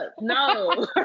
No